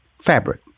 fabric